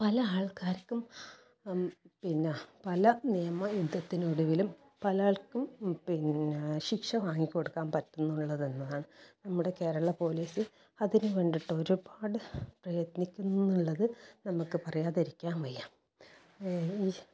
പല ആൾക്കാർക്കും പിന്നെ പല നിയമ യുദ്ധത്തിനൊടുവിലും പല ആൾക്കും പിന്നെ ശിക്ഷ വാങ്ങിക്കൊടുക്കാൻ പറ്റുന്നുന്നുള്ളതാണ് നമ്മുടെ കേരള പോലീസ് അതിനു വേണ്ടിട്ട് ഒരുപാട് പ്രയത്നിക്കുന്നുന്നുള്ളത് നമുക്ക് പറയാതിരിക്കാൻ വയ്യ ഈ